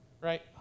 right